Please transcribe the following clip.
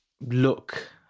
look